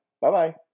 Bye-bye